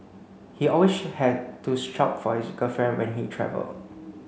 he always had to shop for his girlfriend when he travelled